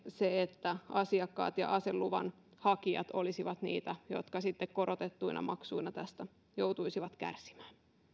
se että asiakkaat ja aseluvan hakijat olisivat niitä jotka sitten korotettuina maksuina tästä joutuisivat kärsimään